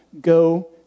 Go